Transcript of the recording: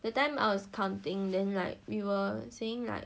that time I was counting then like we were saying like